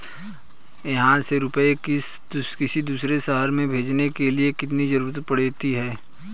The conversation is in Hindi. यहाँ से रुपये किसी दूसरे शहर में भेजने के लिए किसकी जरूरत पड़ती है?